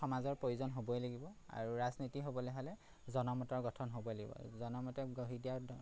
এখন সমাজৰ প্ৰয়োজন হ'বই লাগিব আৰু ৰাজনীতি হ'বলে হ'লে জনমতৰ গঠন হ'বই লাগিব জনমতে গঢ়ি দিয়াৰ